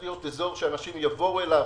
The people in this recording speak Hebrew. שאנשים יבואו אליו